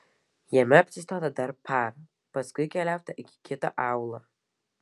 jame apsistota dar parą paskui keliauta iki kito aūlo